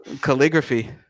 calligraphy